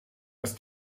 ist